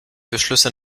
beschlüsse